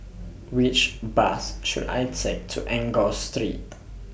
Which Bus should I Take to Enggor Street